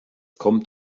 kommt